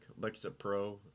Lexapro